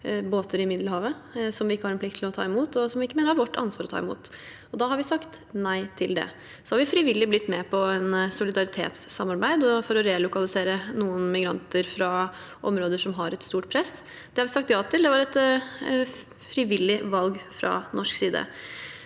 båter i Middelhavet, som vi ikke har en plikt til å ta imot, og som det ikke er en del av vårt ansvar å ta imot. Da har vi sagt nei til det. Så har vi frivillig blitt med i et solidaritetssamarbeid for å relokalisere noen migranter fra områder som har et stort press. Det har vi sagt ja til, og det var et frivillig valg fra norsk side.